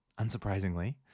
Unsurprisingly